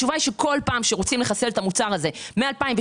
התשובה היא שכל פעם כשרוצים לחסל את המוצר הזה מ-2012,